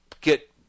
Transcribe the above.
get